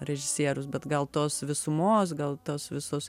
režisierius bet gal tos visumos gal tos visos